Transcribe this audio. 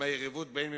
מהיריבות בין מפלגות,